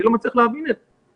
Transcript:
אני לא מצליח להבין את זה.